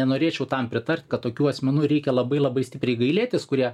nenorėčiau tam pritart kad tokių asmenų reikia labai labai stipriai gailėtis kurie